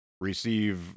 receive